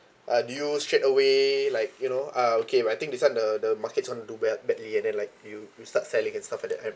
uh do you straight away like you know ah okay but I think this one the the market's going to do bad badly and then like you you start selling and stuff like that and